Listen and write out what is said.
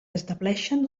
estableixen